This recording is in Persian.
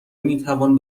میتوان